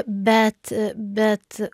bet bet